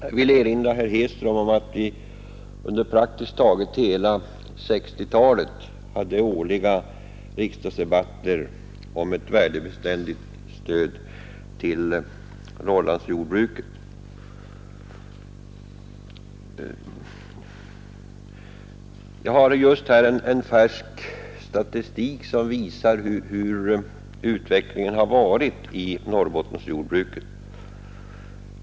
Jag vill erinra herr Hedström om att vi praktiskt taget under hela 1960-talet hade årliga riksdagsdebatter om ett värdebeständigt stöd till Norrlandsjordbruket. Jag har just här en färsk statistik som visar utvecklingen inom Norrbottens jordbruk.